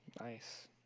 Nice